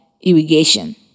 irrigation